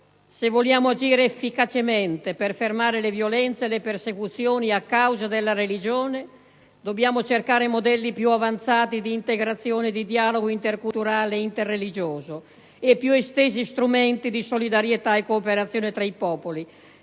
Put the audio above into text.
se vogliamo agire efficacemente per fermare le violenze e le persecuzioni a causa della religione, dobbiamo cercare modelli più avanzati di integrazione e di dialogo interculturale ed interreligioso, e più estesi strumenti di solidarietà e di cooperazione tra i popoli.